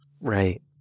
Right